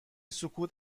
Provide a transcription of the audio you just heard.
سکوت